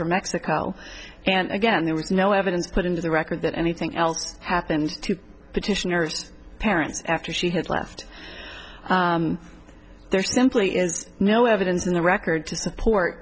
for mexico and again there was no evidence put into the record that anything else happened to petitioners parents after she had left there simply is no evidence in the record to support